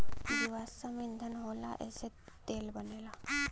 जीवाश्म ईधन होला एसे तेल बनला